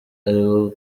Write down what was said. ariwo